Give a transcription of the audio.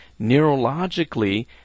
neurologically